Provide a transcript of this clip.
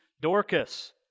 Dorcas